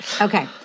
okay